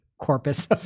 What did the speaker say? corpus